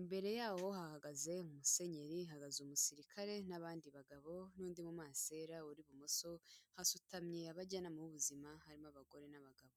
imbere yaho hahagaze Musenyeri, hahagaze umusirikare n'abandi bagabo n'undi mu Masera uri ibumoso, hasutamye abajyanama b'ubuzima harimo abagore n'abagabo.